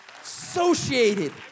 associated